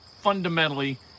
fundamentally